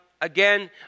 Again